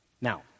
Now